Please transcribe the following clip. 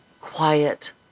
quiet